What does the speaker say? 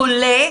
חולה,